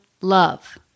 love